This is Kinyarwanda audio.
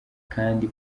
kandi